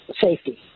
safety